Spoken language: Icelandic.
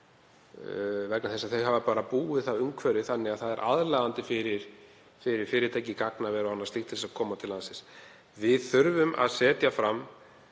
vegna þess að þeir hafa búið það umhverfi þannig að það sé aðlaðandi fyrir fyrirtæki, gagnaver og annað slíkt að koma til landsins. Við þurfum að setja fram